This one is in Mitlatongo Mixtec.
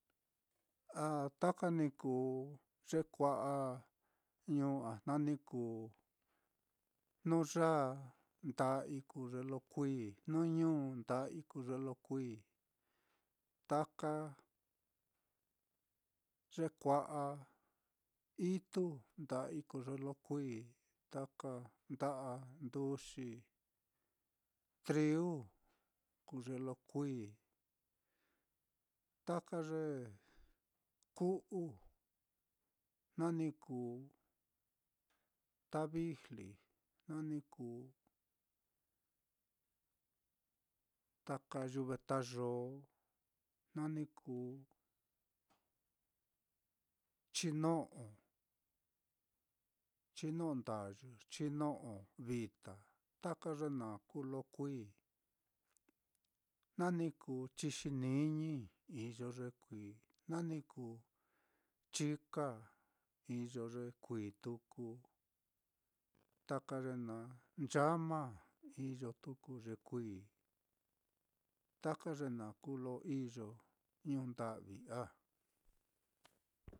a taka ni kuu ye kua'a ñuu á, jna ni kuu jnuyāā nda'ai kuu ye lo kuií, jnuñu nda'ai kuu ye lo kuií, taka ye kua'a itu, nda'ai kuu ye lo kuií, taka nda'a nduxi, trigu kuu ye lo kuií, taka ye ku'u, jna ni kuu tavijli, jna ni kuu taka yuvetayōō, jna ni kuu chino'o, chino'o ndayɨ, chino'o vita, taka ye naá kuu lo kuií, jna ni kuu chixiniñi, iyo ye kuií, jna ni kuu chika iyo ye kuií tuku, taka ye naá, nchama iyo tuku ye kuií, taka ye naá kuu lo iyo ñuu nda'vi á.